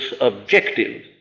objective